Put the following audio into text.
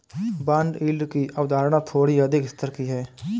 bond yield की अवधारणा थोड़ी अधिक स्तर की है